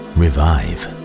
revive